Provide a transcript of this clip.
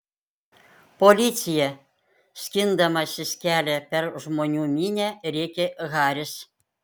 policija skindamasis kelią per žmonių minią rėkė haris